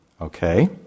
okay